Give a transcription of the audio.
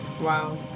Wow